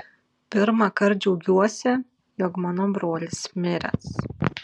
pirmąkart džiaugiuosi jog mano brolis miręs